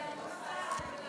ולמוסר ולערכים.